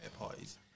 parties